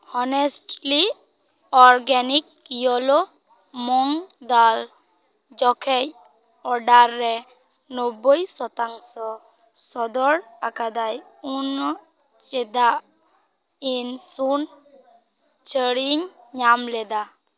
honestly organic ᱤᱭᱳᱞᱳ ᱢᱚᱝᱫᱟᱞ ᱡᱚᱠᱷᱮᱡ order ᱨᱮ ᱱᱳᱵᱵᱳᱭ ᱥᱚᱛᱟᱝᱥᱚ ᱥᱚᱫᱚᱨ ᱟᱠᱟᱫᱟᱭ ᱩᱱᱟᱹᱜ ᱪᱮᱫᱟᱜ ᱤᱱ ᱥᱩᱱ ᱪᱷᱟᱹᱲᱤᱧ ᱧᱟᱢ ᱞᱮᱫᱟ